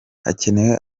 hakenewe